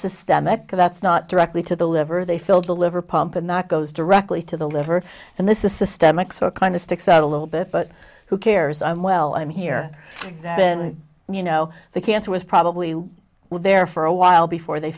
systemic that's not directly to the liver they filled the liver pump and that goes directly to the liver and this is systemic so it kind of sticks out a little bit but who cares i'm well i'm here examine you know the cancer was probably there for a while before they